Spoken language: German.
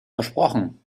versprochen